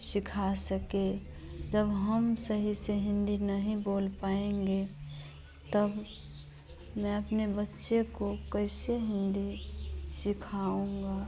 सिखा सकें जब हम सही से हिन्दी नहीं बोल पाएँगे तब मैं अपने बच्चे को कैसे हिन्दी सिखाऊँगी